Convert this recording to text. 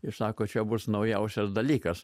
ir sako čia bus naujausias dalykas